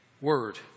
word